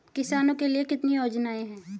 किसानों के लिए कितनी योजनाएं हैं?